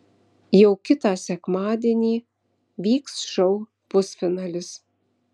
jau kitą sekmadienį vyks šou pusfinalis